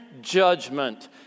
judgment